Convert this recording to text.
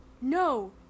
No